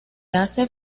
hace